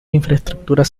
infraestructuras